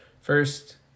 first